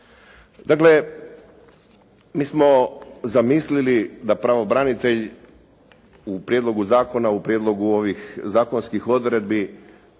Dakle, mi smo zamislili da pravobranitelj u prijedlogu zakona u prijedlogu ovih zakonskih odredbe